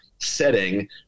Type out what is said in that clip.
setting